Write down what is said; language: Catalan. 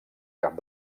cap